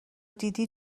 دیدی